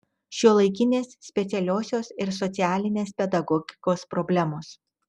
šiuolaikinės specialiosios ir socialinės pedagogikos problemos